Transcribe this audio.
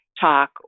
talk